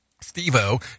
Steve-O